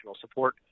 support